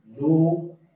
no